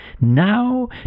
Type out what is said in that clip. Now